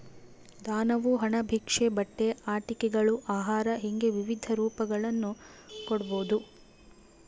ದಾನವು ಹಣ ಭಿಕ್ಷೆ ಬಟ್ಟೆ ಆಟಿಕೆಗಳು ಆಹಾರ ಹಿಂಗೆ ವಿವಿಧ ರೂಪಗಳನ್ನು ಕೊಡ್ಬೋದು